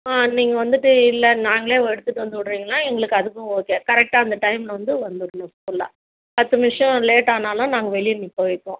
ஆ நீங்கள் வந்துட்டு இல்லை நாங்களே எடுத்துகிட்டு வந்து விட்றிங்கன்னா எங்களுக்கு அதுக்கும் ஓகே கரெக்டாக அந்த டைமில் வந்து வந்துடணும் ஃபுல்லா பத்து நிமிஷம் லேட் ஆனாலும் நாங்கள் வெளியே நிற்க வைப்போம்